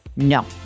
No